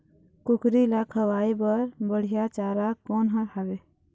कुकरी ला खवाए बर बढीया चारा कोन हर हावे?